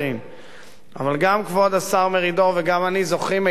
אבל גם כבוד השר מרידור וגם אני זוכרים היטב את עמדתנו